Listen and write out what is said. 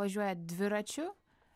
važiuojat dviračiu